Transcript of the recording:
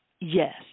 yes